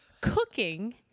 cooking